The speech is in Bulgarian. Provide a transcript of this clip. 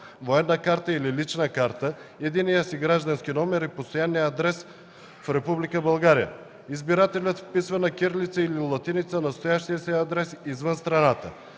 военна карта или лична карта, единния си граждански номер и постоянния си адрес в Република България. Избирателят вписва на кирилица или латиница настоящия си адрес извън страната.